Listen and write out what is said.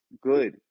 good